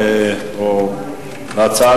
הצעות לסדר-היום שמספרן 5039,